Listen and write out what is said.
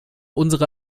unsere